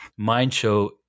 MindShow